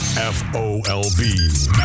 F-O-L-B